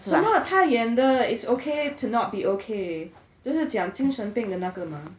什么他演的 it's okay to not be okay 就是讲精神病的那个 mah